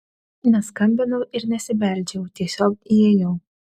neskambinau ir nesibeldžiau tiesiog įėjau